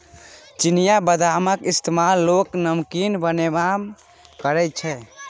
चिनियाबदामक इस्तेमाल लोक नमकीन बनेबामे करैत छै